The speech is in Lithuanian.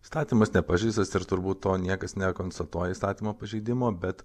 įstatymas nepažeistas ir turbūt to niekas nekonstatuoja įstatymo pažeidimo bet